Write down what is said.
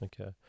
Okay